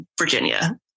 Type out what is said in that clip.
Virginia